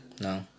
No